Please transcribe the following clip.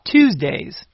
Tuesdays